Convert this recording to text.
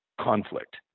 conflict